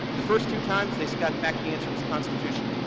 the first two times they got back the answer it was constitutional.